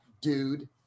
dude